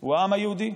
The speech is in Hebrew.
הוא העם היהודי.